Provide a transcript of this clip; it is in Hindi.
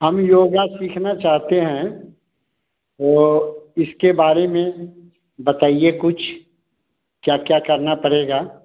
हम योगा सीखना चाहते हैं तो इसके बारे में बताइए कुछ क्या क्या करना पड़ेगा